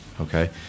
okay